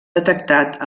detectat